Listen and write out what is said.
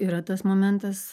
yra tas momentas